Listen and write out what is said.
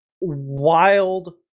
wild